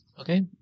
Okay